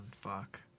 Fuck